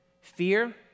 Fear